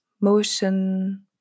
motion